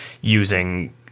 using